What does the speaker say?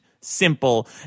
simple